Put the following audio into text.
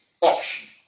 option